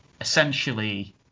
essentially